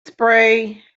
spray